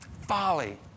Folly